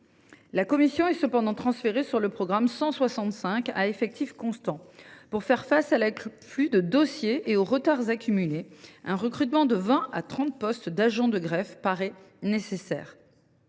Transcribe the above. La commission est cependant transférée sur le programme 165 à effectifs constants. Pour faire face à l’afflux de dossiers et aux retards accumulés, l’ouverture de 20 à 30 postes d’agents de greffe paraît nécessaire.